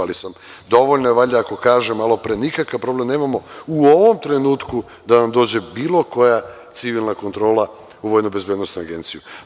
Ali, dovoljno je valjda ako kažem malopre da nikakav problem nemamo u ovom trenutku da nam dođe bilo koja civilna kontrola u Vojnobezbednosnu agenciju.